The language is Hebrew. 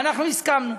ואנחנו הסכמנו,